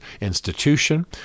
institution